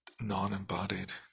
non-embodied